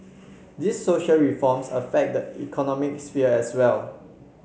these social reforms affect the economic sphere as well